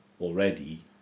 already